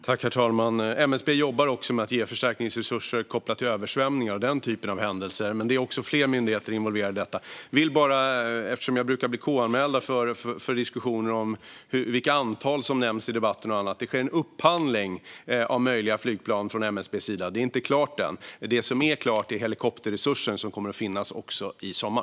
Herr talman! MSB jobbar med att ge förstärkningsresurser vid översvämningar och liknande händelser. Även fler myndigheter är involverade i detta. Eftersom jag brukar bli KU-anmäld för diskussioner om antal och liknande i debatter vill jag säga att MSB gör en upphandling av möjliga flygplan. Detta är ännu inte klart. Det som är klart är helikopterresursen, som kommer att finnas också i sommar.